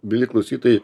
mieli klausytojai